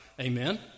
Amen